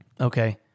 okay